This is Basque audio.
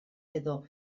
edo